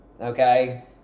okay